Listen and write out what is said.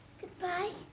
Goodbye